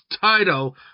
title